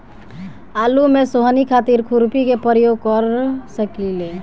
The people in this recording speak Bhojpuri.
आलू में सोहनी खातिर खुरपी के प्रयोग कर सकीले?